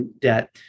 debt